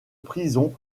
prison